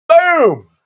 Boom